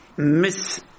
miss